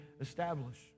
establish